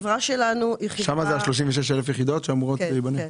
שם זה 36,000 יחידות שאמורות להיבנות?